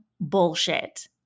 bullshit